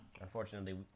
unfortunately